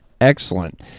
Excellent